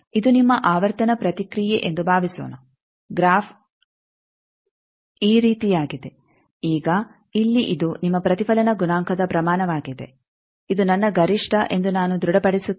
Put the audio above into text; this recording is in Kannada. ಇದು ನಿಮ್ಮ ಆವರ್ತನ ಪ್ರತಿಕ್ರಿಯೆ ಎಂದು ಭಾವಿಸೋಣ ಗ್ರಾಫ್ ಈ ರೀತಿಯಾಗಿದೆ ಈಗ ಇಲ್ಲಿ ಇದು ನಿಮ್ಮ ಪ್ರತಿಫಲನ ಗುಣಾಂಕದ ಪ್ರಮಾಣವಾಗಿದೆ ಇದು ನನ್ನ ಗರಿಷ್ಠ ಎಂದು ನಾನು ದೃಢಪಡಿಸುತ್ತೇನೆ